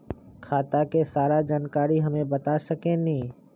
खाता के सारा जानकारी हमे बता सकेनी?